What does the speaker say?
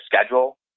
schedule